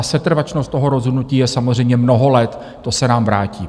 Setrvačnost toho rozhodnutí je samozřejmě mnoho let, to se nám vrátí.